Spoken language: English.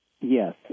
Yes